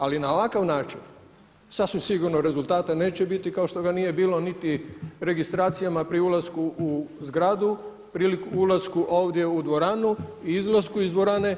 Ali na ovakav način sasvim sigurno rezultata neće biti kao što ga nije bilo niti registracijama pri ulasku u zgradu, pri ulasku ovdje u dvoranu i izlasku iz dvorane.